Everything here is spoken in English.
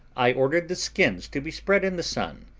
i ordered the skins to be spread in the sun,